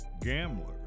gamblers